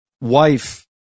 wife